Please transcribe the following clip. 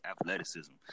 athleticism